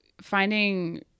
finding